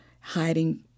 hiding